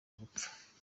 gupfa